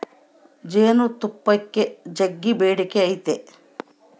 ಜೇನುತುಪ್ಪಕ್ಕ ಜಗ್ಗಿ ಬೇಡಿಕೆ ಐತೆ